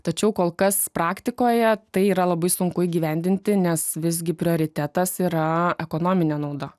tačiau kol kas praktikoje tai yra labai sunku įgyvendinti nes visgi prioritetas yra ekonominė nauda